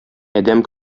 адәм